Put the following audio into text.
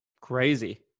Crazy